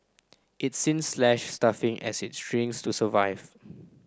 it's since slash staffing as it shrinks to survive